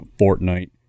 Fortnite